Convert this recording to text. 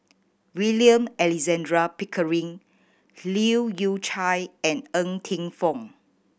William Alexander Pickering Leu Yew Chye and Ng Teng Fong